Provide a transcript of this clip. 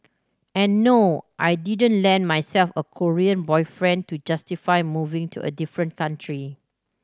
and no I didn't land myself a Korean boyfriend to justify moving to a different country